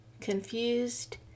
confused